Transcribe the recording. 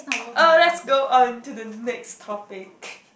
oh let's go on to the next topic